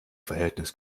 verhältnis